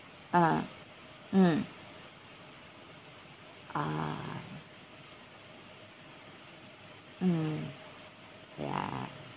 ah mm ah mm ya